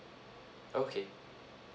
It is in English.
okay